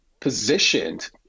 positioned